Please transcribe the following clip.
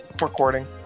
Recording